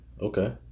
okay